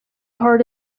part